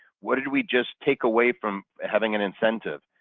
what did we just take away from having an incentive?